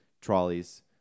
trolleys